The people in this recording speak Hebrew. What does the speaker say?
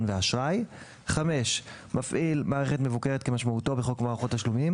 ואשראי; מפעיל מערכת מבוקרת כמשמעותו בחוק מערכות תשלומים,